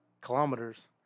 kilometers